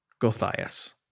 Gothias